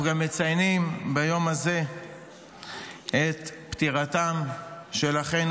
אנחנו גם מציינים ביום הזה את פטירתם של אחינו